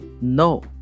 No